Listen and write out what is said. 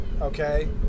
Okay